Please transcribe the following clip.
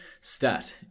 stat